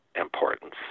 importance